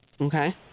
Okay